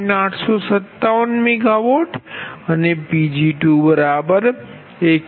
857 MW અને Pg2159